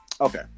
Okay